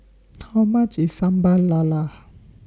How much IS Sambal Lala